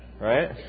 Right